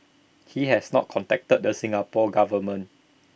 he has not contacted the Singapore Government